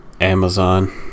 amazon